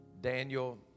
Daniel